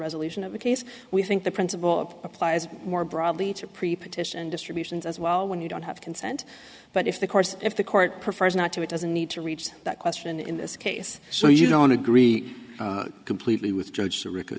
resolution of the case we think the principle applies more broadly to preposition distributions as well when you don't have consent but if the course if the court prefers not to it doesn't need to reach that question and in this case so you don't agree completely with judge to rec